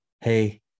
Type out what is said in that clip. Hey